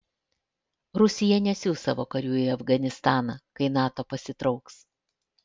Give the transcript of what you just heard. rusija nesiųs savo karių į afganistaną kai nato pasitrauks